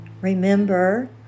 Remember